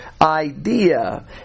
idea